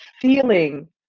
feeling